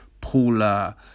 Paula